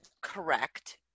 correct